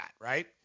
right